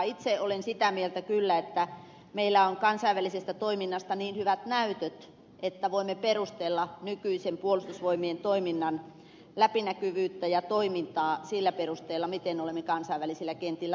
itse olen kyllä sitä mieltä että meillä on kansainvälisestä toiminnasta niin hyvät näytöt että voimme perustella nykyisten puolustusvoimien toiminnan läpinäkyvyyttä ja toimintaa sillä miten olemme kansainvälisillä kentillä toimineet